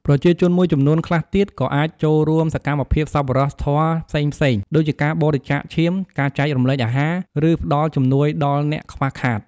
ប្រជាជនមួយចំនួនខ្លះទៀត ក៏អាចចូលរួមសកម្មភាពសប្បុរសធម៌ផ្សេងៗ ដូចជាការបរិច្ចាគឈាម ការចែករំលែកអាហារ ឬផ្ដល់ជំនួយដល់អ្នកខ្វះខាត។